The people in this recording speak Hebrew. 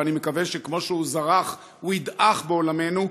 ואני מקווה שכמו שהוא זרח הוא ידעך בעולמנו.